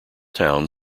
town